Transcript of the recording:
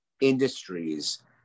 industries